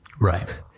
Right